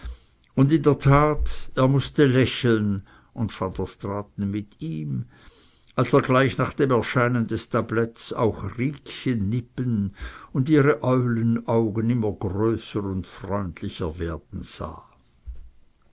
und in der tat er mußte lächeln und van der straaten mit ihm als er gleich nach dem erscheinen des tabletts auch riekchen nippen und ihre eulenaugen immer größer und freundlicher werden sah